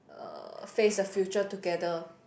uh face the future together